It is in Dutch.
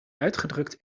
uitgedrukt